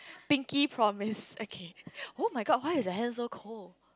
pinky promise okay oh-my-god why is your hand so cold